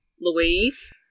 Louise